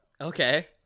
Okay